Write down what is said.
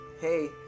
hey